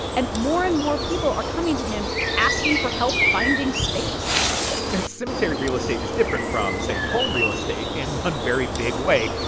and more and more people are coming to him asking for help finding space and cemetery real estate is different from, say, home real estate in one very big way.